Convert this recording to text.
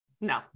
No